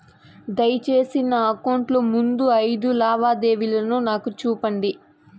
దయసేసి నా అకౌంట్ లో ముందు అయిదు లావాదేవీలు నాకు చూపండి